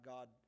God